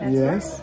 yes